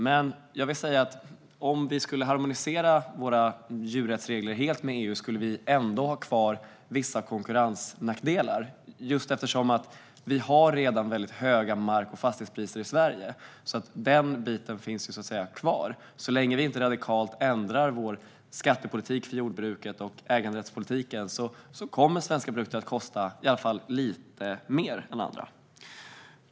Om vi helt skulle harmonisera våra djurrättsregler med EU skulle vi ändå ha kvar vissa konkurrensnackdelar, just eftersom vi redan har höga mark och fastighetspriser i Sverige. Den biten finns kvar, och så länge vi inte radikalt ändrar vår skattepolitik för jordbruket och vår äganderättspolitik kommer svenska produkter att kosta åtminstone lite mer än andra.